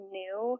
new